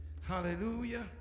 Hallelujah